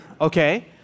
okay